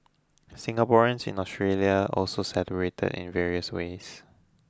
Singaporeans in Australia also celebrated in various ways